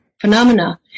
phenomena